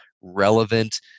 relevant